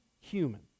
human